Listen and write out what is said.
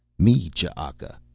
me ch'aka,